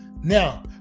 Now